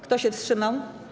Kto się wstrzymał?